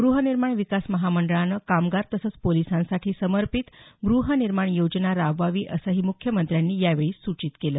गृहनिर्माण विकास महामंडळानं कामगार तसंच पोलीसांसाठी समर्पित गृहनिर्माण योजना राबवावी असंही मुख्यमंत्र्यांनी यावेळी सूचित केलं